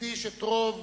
שהקדיש את רוב